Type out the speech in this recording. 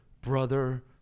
Brother